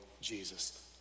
Jesus